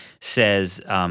says –